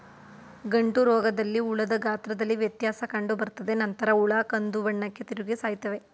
ಗಂಟುರೋಗದಲ್ಲಿ ಹುಳದ ಗಾತ್ರದಲ್ಲಿ ವ್ಯತ್ಯಾಸ ಕಂಡುಬರ್ತದೆ ನಂತರ ಹುಳ ಕಂದುಬಣ್ಣಕ್ಕೆ ತಿರುಗಿ ಸಾಯ್ತವೆ